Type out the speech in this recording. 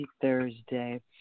Thursday